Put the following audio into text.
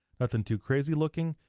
nothing too crazy looking.